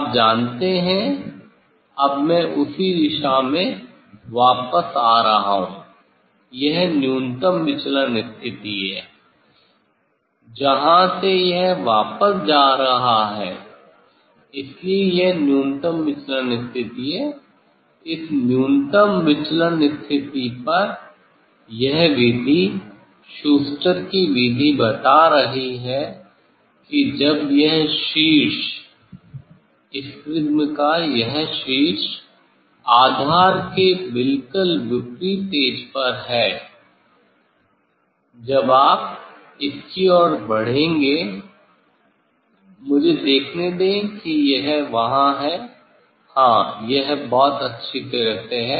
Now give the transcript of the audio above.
आप जानते हैं अब मैं उसी दिशा में वापस आ रहा हूं यह न्यूनतम विचलन स्थिति है जहां से यह वापस जा रहा है इसलिए यह न्यूनतम विचलन स्थिति है इस न्यूनतम विचलन स्थिति पर यह विधि शूस्टर की विधि बता रही है कि जब यह शीर्ष इस प्रिज्म का यह शीर्ष आधार के बिलकुल विपरीत एज पर है जब आप इसकी ओर बढ़ेंगे मुझे देखने दे कि यह वहाँ है हाँ यह बहुत अच्छी तरह से है